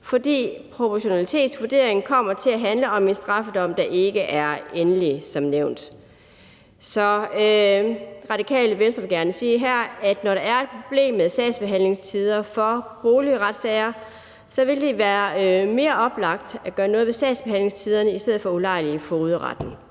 fordi proportionalitetsvurderingen som nævnt kommer til at handle om en straffedom, der ikke er endelig. Så Radikale Venstre vil gerne sige her, at når der er et problem med sagsbehandlingstider for boligretssager, vil det være mere oplagt at gøre noget ved sagsbehandlingstiderne i stedet for at ulejlige fogedretten.